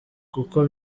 kuko